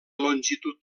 longitud